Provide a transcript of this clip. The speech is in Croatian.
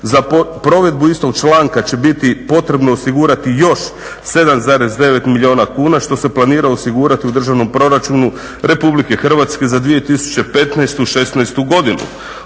za provedbu istog članka će biti potrebno osigurati još 7,9 milijuna kuna što se planira osigurati u Državnom proračunu RH za 2015., '16. godinu.